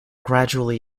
gradually